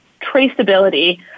traceability